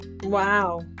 Wow